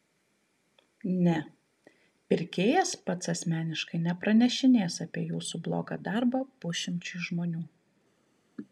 ne pirkėjas pats asmeniškai nepranešinės apie jūsų blogą darbą pusšimčiui žmonių